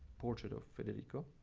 portrait of federico.